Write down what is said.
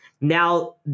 Now